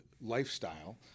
lifestyle